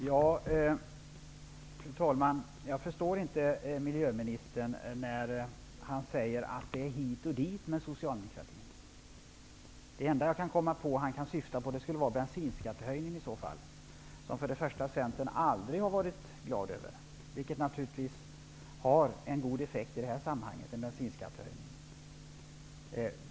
Fru talman! Jag förstår inte varför miljöministern säger att det är hit och dit med socialdemokratin. Det enda som jag kan komma på att han kan syfta på är bensinskattehöjningen, som Centern aldrig har varit glad över. Men en bensinskattehöjning har naturligtvis en god effekt i det här sammanhanget.